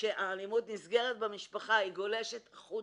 שהאלימות נסגרת רק במשפחה, היא גם גולשת החוצה.